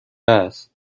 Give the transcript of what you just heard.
است